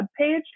webpage